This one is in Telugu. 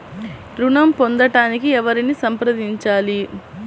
ఋణం పొందటానికి ఎవరిని సంప్రదించాలి?